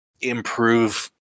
improve